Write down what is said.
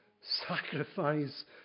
sacrifice